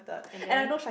and then